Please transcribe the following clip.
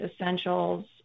essentials